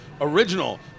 original